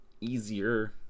easier